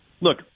look